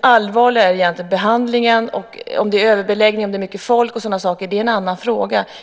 allvarliga egentligen är behandlingen. Överbeläggning är en annan fråga.